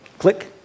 Click